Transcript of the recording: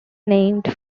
named